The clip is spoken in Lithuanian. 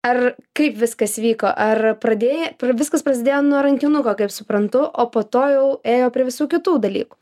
ar kaip viskas vyko ar pradėjai viskas prasidėjo nuo rankinuko kaip suprantu o po to jau ėjo prie visų kitų dalykų